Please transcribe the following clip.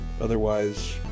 Otherwise